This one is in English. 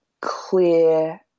clear